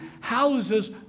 houses